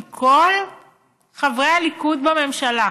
אם כל חברי הליכוד בממשלה